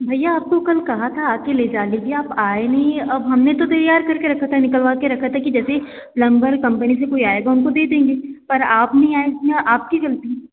भैया आपको कल कहा था आ कर लेजा लीजिए आप आए नहीं अब हमने तो तैयार करके रखा था निकलवा कर रखा था कि जैसे ही प्लम्बर कम्पनी से कोई आएगा उनको दे देंगे पर आप नहीं आए इसमें आपकी गलती